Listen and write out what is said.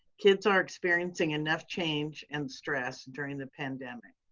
kids are experiencing enough change and stress during the pandemic.